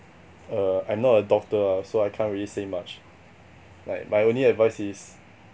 err I'm not a doctor ah so I can't really say much like my only advice is